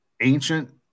ancient